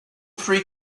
three